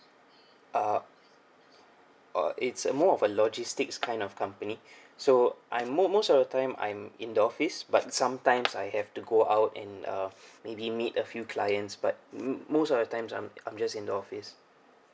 uh oh it's a more of a logistics kind of company so I most most of the time I'm in the office but sometimes I have to go out and uh maybe meet a few clients but most of the times I'm I'm just in the office